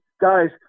guys